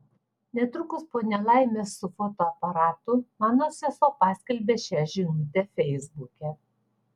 netrukus po nelaimės su fotoaparatu mano sesuo paskelbė šią žinutę feisbuke